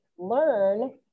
learn